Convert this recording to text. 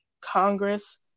Congress